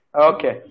Okay